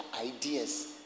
ideas